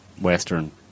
Western